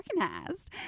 organized